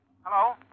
Hello